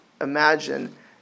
imagine